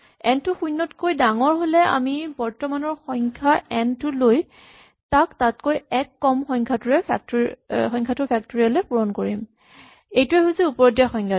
N টো শূণ্যত কৈ ডাঙৰ হ'লে আমি বৰ্তমানৰ সংখ্যা এন টো লৈ তাক তাতকৈ এক কম সংখ্যাটোৰ ফেক্টৰিয়েল এ পূৰণ কৰিম এইটোৱেই হৈছে ওপৰত দিয়া সংজ্ঞাটো